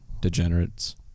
degenerates